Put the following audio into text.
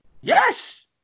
Yes